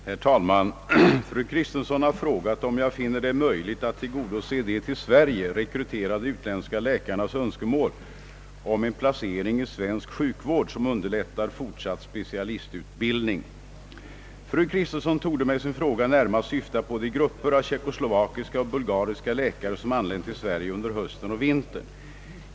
Herr talman! Fru Kristensson har frågat, om jag finner det möjligt att tillgodose de till Sverige rekryterade utländska läkarnas önskemål om en placering i svensk sjukvård som underlättar fortsatt specialistutbildning. Fru Kristensson torde med sin fråga närmast syfta på de grupper av tjeckoslovakiska och bulgariska läkare som anlänt till Sverige under hösten och vintern.